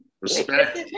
Respect